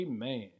Amen